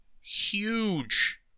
Huge